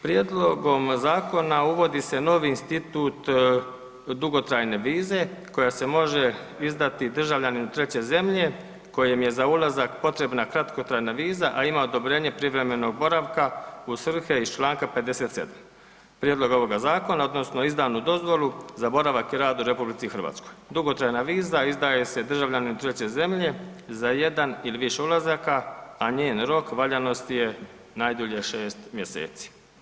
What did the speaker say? Prijedlogom zakona uvodi se novi institut dugotrajne vize koja se može izdati državljanima treće zemlje kojem je za ulazak potrebna kratkotrajna viza, a ima odobrenje privremenog boravka u svrhe iz čl. 57. na prijedlog ovoga zakona odnosno izdanu dozvolu za boravak i rad u RH. dugotrajna viza izdaje se državljaninu treće zemlje za jedan ili više ulazaka, a njen rok valjanosti je najdulje šest mjeseci.